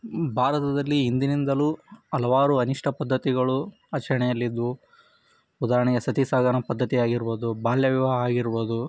ಭಾರತದಲ್ಲಿ ಹಿಂದಿನಿಂದಲೂ ಹಲವಾರು ಅನಿಷ್ಟ ಪದ್ಧತಿಗಳು ಆಚರಣೆಯಲ್ಲಿದ್ದವು ಉದಾಹರಣೆಗೆ ಸತಿ ಸಹಗಮನ ಪದ್ಧತಿ ಆಗಿರ್ಬೋದು ಬಾಲ್ಯ ವಿವಾಹ ಆಗಿರ್ಬೋದು